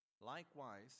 likewise